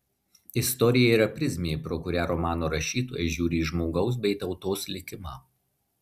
istorija yra prizmė pro kurią romano rašytojas žiūri į žmogaus bei tautos likimą